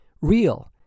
real